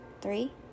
Three